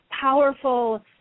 powerful